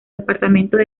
departamentos